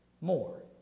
more